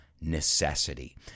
necessity